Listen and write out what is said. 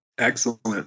Excellent